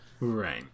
Right